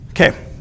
Okay